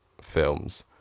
films